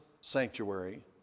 sanctuary